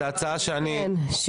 זו הצעה שהעברתי.